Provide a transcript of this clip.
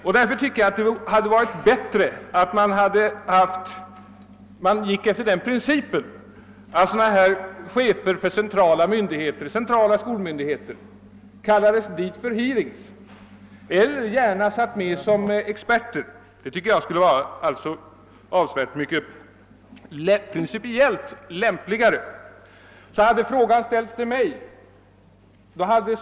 Ur principiell synpunkt hade det varit avsevärt bättre att chefer för centrala skolmyndigheter kallats till utredningen för hearings eller kommit med i utredningen som experter, Hade frågan ställts till mig skulle mitt svar ha blivit lika kort som utbildningsministerns.